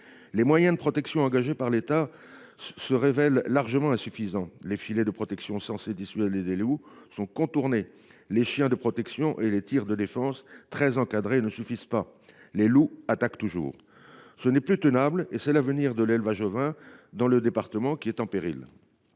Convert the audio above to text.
Les moyens de protection engagés par l’État se révèlent largement insuffisants : les filets de protection, censés dissuader les loups, sont contournés ; les chiens de protection et les tirs de défense, très encadrés, ne suffisent pas. Les loups attaquent toujours. Ce n’est plus tenable. L’avenir de l’élevage ovin dans le département est en péril.